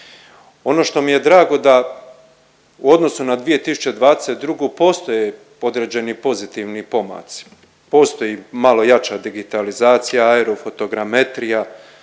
Ono što mi je drago da u odnosu na 2022. postoje određeni pozitivni pomaci, postoji malo jača digitalizacija aerofotogrametrija,